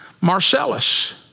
Marcellus